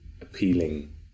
appealing